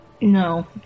No